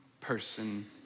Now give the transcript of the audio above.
person